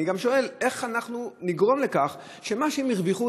אני גם שואל איך אנחנו נגרום לכך שמה שהם הרוויחו,